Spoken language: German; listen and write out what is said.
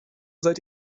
seid